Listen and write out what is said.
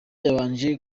yabanje